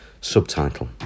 subtitle